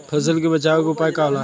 फसल के बचाव के उपाय का होला?